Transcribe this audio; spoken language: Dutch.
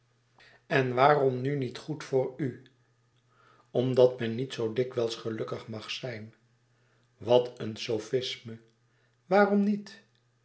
en waarom nu niet goed voor u omdat men niet zoo dikwijls gelukkig mag zijn wat een sofisme waarom niet